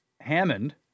Hammond